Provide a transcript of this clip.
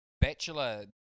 Bachelor